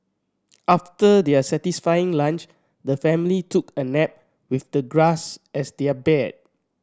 after their satisfying lunch the family took a nap with the grass as their bed